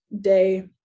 day